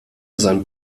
sein